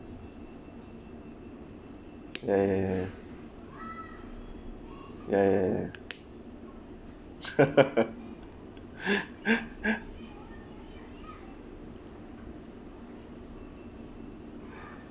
ya ya ya ya ya ya ya